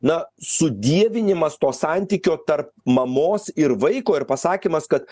na sudievinimas to santykio tarp mamos ir vaiko ir pasakymas kad